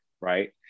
right